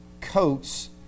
coats